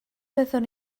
byddwn